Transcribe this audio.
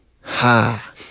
Ha